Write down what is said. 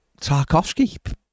Tarkovsky